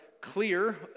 clear